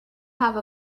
have